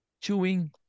chewing